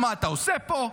מה אתה עושה פה?